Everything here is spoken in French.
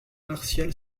martial